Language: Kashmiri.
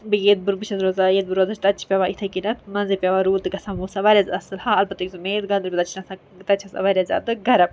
بیٚیہِ ییٚتہِ بہٕ چھَس روزان ییٚتہِ بہٕ چھَس روزان تَتہِ چھِ پیوان اِتھے کٔنیتھ منٛزے پیوان روٗد تہٕ گژھان موسم واریاہ زیادٕ اصل اَلبتہ یُس مین گاندربل چھُ نہَ آسان تَتہِ چھِ آسان واریاہ زیادٕ گَرم